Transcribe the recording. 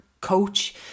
coach